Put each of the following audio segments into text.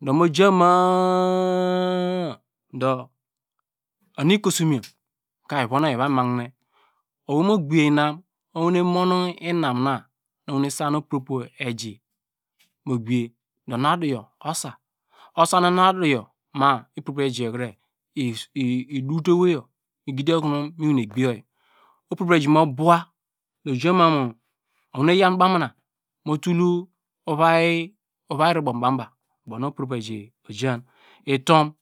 Du mojama a du enu ikosunyor ka evon oyi evome mahine owei mu gbiye inam moyene mon inam na mu wene san upropo eji mu gbiye du onu aduyor usa usan una aduyor ma ipropoeji yorkre idute owei yor migidi okuno miwene gbiye oyi upropeji yorkre idute owei yor migidi okuno miwene gbiye oyi upropoeji mu bowa uja manu owene yam bane mutul ovai robow mu ban- baw ubonu upropoeji ojan itum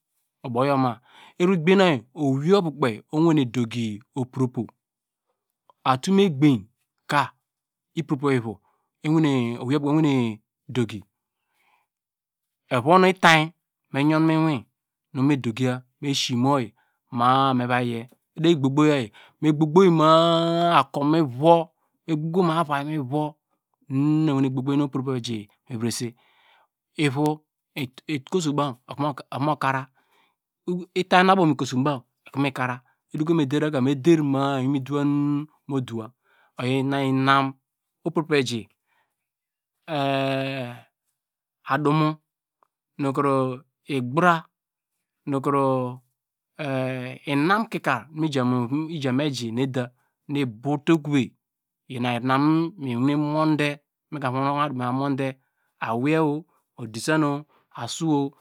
uboyor ma ugbiyor nu oyi owei ovu kpei owene duki upropoi atume egbany ka upro po ivo owei ovu owei ne doki evon itany ine you mu iwin me dokiyar me sin oyi ma- a me va yi ye me gbo- gboye me gbo- gboye ma- a akur mi vuwo me gbo gbony ma a avai mi vowo nu egbo gbo nu opropo eji me vrese ivo ikosonu okro mu kara itainy nu ubo mu ikosu ba ikro mikara oyi ina inam opropoeji adumu nukro igbra nu kro inam kikar mu jar mu eji nu edar nu ibowte okove ina inam nu miwene monde me kar mivon uwadume miyan monte awei odesanu asuwo.